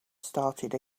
started